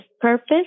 purpose